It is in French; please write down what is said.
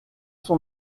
son